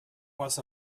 was